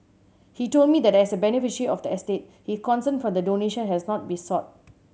he told me that as a beneficiary of the estate his consent for the donation has not been sought